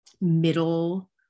middle